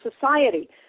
society